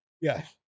Yes